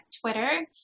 Twitter